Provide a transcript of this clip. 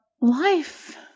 life